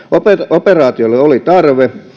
operaatiolle oli tarve